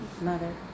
mother